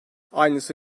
aynısı